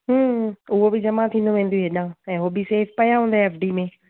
उहो बि जमा थींदो वेंदइ हेडा ऐं हू बि सेफ़ पिया हूंदइ एफ डी में